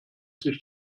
sich